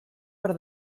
per